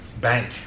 bank